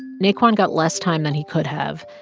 naquan got less time than he could have.